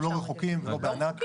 אנחנו לא רחוקים ולא בענק.